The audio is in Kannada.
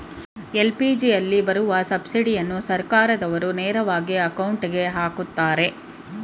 ಎಲ್.ಪಿ.ಜಿಯಲ್ಲಿ ಬರೋ ಸಬ್ಸಿಡಿನ ಸರ್ಕಾರ್ದಾವ್ರು ನೇರವಾಗಿ ಅಕೌಂಟ್ಗೆ ಅಕ್ತರೆ